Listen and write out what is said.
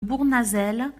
bournazel